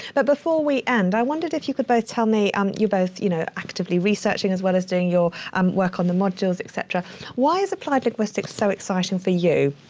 but before we end, i wondered if you could both tell me um you're both you know actively researching as well as doing your um work on the modules, et cetera why is applied linguistics so exciting for you?